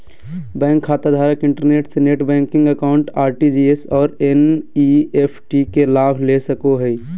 bank खाताधारक internet से net banking account, RTGS और एन.इ.एफ.टी के लाभ ले सको हइ